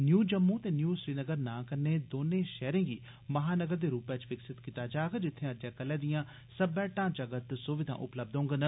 new Jammu ते new Srinagar नां कन्नै दौने शैहरे गी महानगर दे रुपै च विकसित कीता जाग जित्थे अज्जै कल्लै दियां सब्बै ढांचागत सुविधा उपलब्ध होगंन